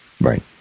Right